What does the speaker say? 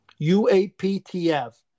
UAPTF